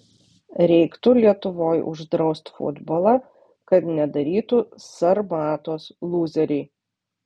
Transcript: reiktų lietuvoj uždraust futbolą kad nedarytų sarmatos lūzeriai